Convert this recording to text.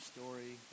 Story